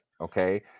Okay